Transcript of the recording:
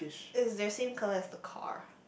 is the same colour as the car